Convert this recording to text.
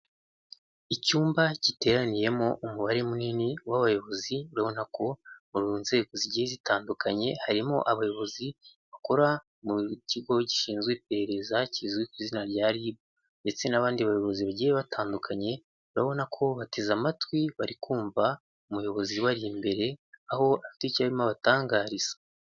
Icyumba giteraniyemo umubare munini w'abayobozi urabona ko mu nzego zigiye zitandukanye harimo abayobozi bakora mu kigo gishinzwe iperereza kizwi ku izina rya ribu ndetse n'abandi bayobozi bagiye batandukanye, urabona ko bateze amatwi bari kumva umuyobozi ubari imbere aho afite icyo arimo abatangariza.